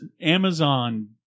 Amazon